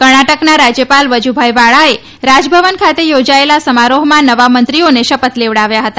કર્ણાટકમાં રાજ્યપાલ વજુભાઈ વાળાએ રાજભવન ખાતે યોજાયેલા સમારોહમાં નવા મંત્રીઓને શપથ લેવડાવ્યા હતા